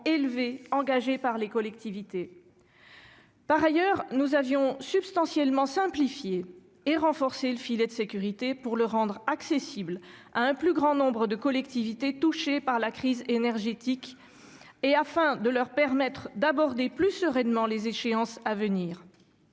élevés que les collectivités ont engagés. Par ailleurs, nous avions substantiellement simplifié et renforcé le filet de sécurité, pour le rendre accessible à un plus grand nombre de collectivités touchées par la crise énergétique, afin de leur permettre d'aborder plus sereinement les échéances à venir.